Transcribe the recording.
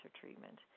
treatment